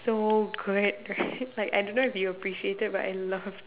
so good like I don't know if you'll appreciate it but I love